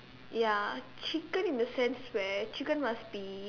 ya chicken in the sense where chicken must be